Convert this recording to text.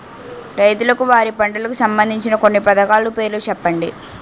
రైతులకు వారి పంటలకు సంబందించిన కొన్ని పథకాల పేర్లు చెప్పండి?